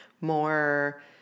more